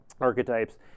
Archetypes